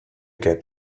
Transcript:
get